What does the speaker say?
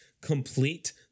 complete